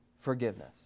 forgiveness